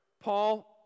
Paul